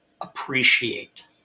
appreciate